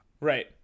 Right